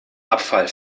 abfall